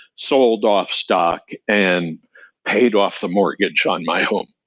sold off stock and paid off the mortgage on my home.